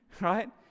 Right